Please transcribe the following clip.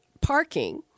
parking